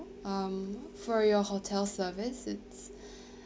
um for your hotel service it's